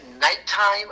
nighttime